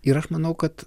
ir aš manau kad